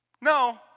No